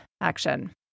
action